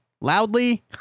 loudly